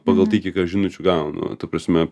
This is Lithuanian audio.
pagal tai kiek aš žinučių gaunu ta prasme